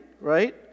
right